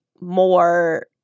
more